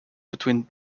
between